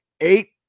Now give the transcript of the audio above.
eight